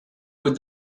would